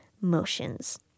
motions